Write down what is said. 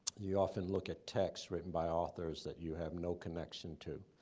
you often look at texts written by authors that you have no connection to.